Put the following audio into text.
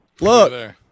Look